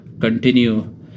continue